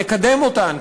נקדם אותן,